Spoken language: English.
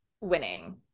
winning